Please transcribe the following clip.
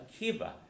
Akiva